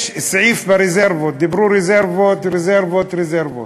יש סעיף ברזרבות, דיברו על רזרבות, רזרבות רזרבות,